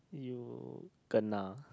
you kena